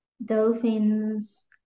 dolphins